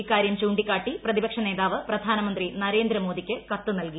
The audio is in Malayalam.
ഇക്കാര്യം ചൂണ്ടിക്കാട്ടി പ്രതിപക്ഷ നേതാവ് പ്രധാനന്ത്രി നരേന്ദ്രമോദിക്ക് കത്ത് നൽകി